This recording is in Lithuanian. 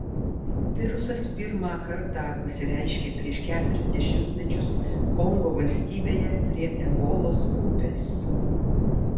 virusas pirmą kartą pasireiškė prieš keturis dešimtmečius kongo valstybėje prie ebolos upės